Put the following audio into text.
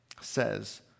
says